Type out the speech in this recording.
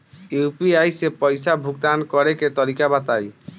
UPI से पईसा भुगतान करे के तरीका बताई?